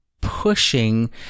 pushing